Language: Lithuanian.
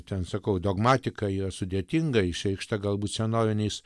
ten sakau dogmatika yra sudėtinga išreikšta galbūt senoviniais